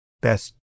best